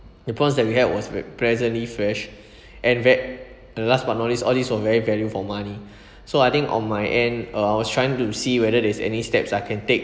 the prawns that we had was ve~ pleasantly fresh and vet~ the last but not least all these were very value for money so I think on my end uh I was trying to see whether there is any steps I can take